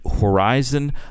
horizon